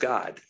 God